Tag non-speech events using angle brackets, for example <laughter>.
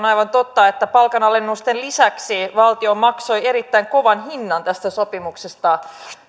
<unintelligible> aivan totta että palkanalennusten lisäksi valtio maksoi erittäin kovan hinnan tästä sopimuksesta